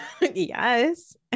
Yes